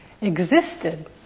existed